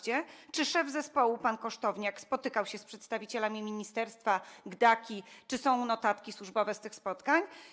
Czy szef zespołu pan Kosztowniak spotykał się z przedstawicielami ministerstwa, GDDKiA, czy są notatki służbowe z tych spotkań?